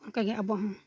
ᱚᱱᱠᱟᱜᱮ ᱟᱵᱚᱦᱚᱸ